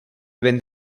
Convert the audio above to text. when